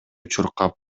чуркап